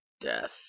death